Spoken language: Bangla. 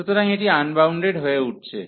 সুতরাং এটি আনবাউন্ডেড হয়ে উঠছে